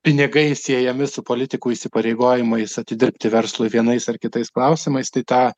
pinigai siejami su politikų įsipareigojimais atidirbti verslui vienais ar kitais klausimais tai tą